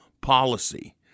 policy